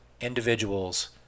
individuals